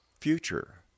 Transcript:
future